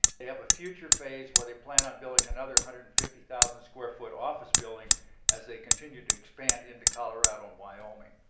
they have a future phase where they plan on building another one hundred and fifty thousand square foot office building as they continue to expand into colorado and wyoming.